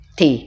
Thì